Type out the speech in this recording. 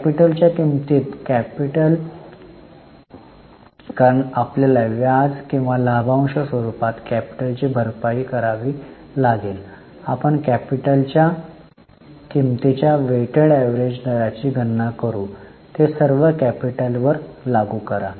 capital च्या किंमतीत capital कारण आपल्याला व्याज किंवा लाभांश स्वरूपात कॅपिटल ची भरपाई करावी लागेल आपण कॅपिटल च्या किमतीच्या वेटेड अवरेज दराची गणना करू आणि ते सर्व कॅपिटल वर लागू करा